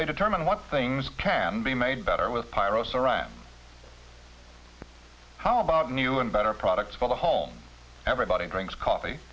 they determine what things can be made better with pyro saran how about new and better products for the home everybody drinks coffee